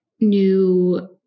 new